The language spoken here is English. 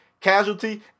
casualty